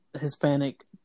Hispanic